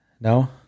No